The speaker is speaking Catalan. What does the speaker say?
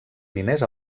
diners